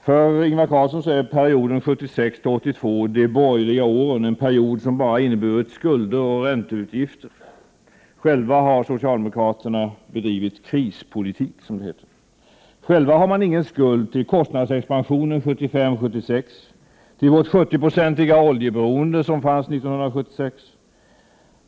För Ingvar Carlsson är perioden 1976-1982, de borgerliga åren, en period som bara inneburit skulder och ränteutgifter. Själva har socialdemokraterna bedrivit krispolitik, som det heter. Man har ingen skuld till kostnadsexpansionen 1975-1976 eller till det 70-procentiga oljeberoende som fanns 1976.